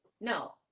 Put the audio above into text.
No